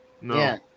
No